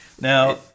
Now